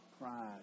pride